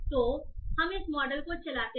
तो हम इस मॉडल को चलाते हैं